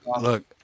look